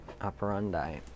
Operandi